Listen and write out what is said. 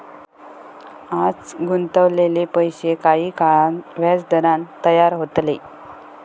आज गुंतवलेले पैशे काही काळान व्याजदरान तयार होतले